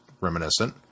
reminiscent